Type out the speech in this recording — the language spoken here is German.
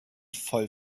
voll